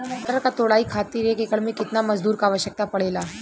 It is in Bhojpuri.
मटर क तोड़ाई खातीर एक एकड़ में कितना मजदूर क आवश्यकता पड़ेला?